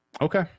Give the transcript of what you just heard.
Okay